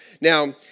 Now